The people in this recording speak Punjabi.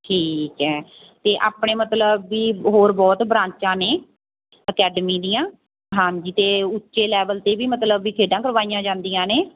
ਠੀਕ ਹੈ ਅਤੇ ਆਪਣੇ ਮਤਲਬ ਵੀ ਹੋਰ ਬਹੁਤ ਬਰਾਂਚਾਂ ਨੇ ਅਕੈਡਮੀ ਦੀਆਂ ਹਾਂਜੀ ਅਤੇ ਉੱਚੇ ਲੈਵਲ 'ਤੇ ਵੀ ਮਤਲਬ ਵੀ ਖੇਡਾਂ ਕਰਵਾਈਆਂ ਜਾਂਦੀਆਂ ਨੇ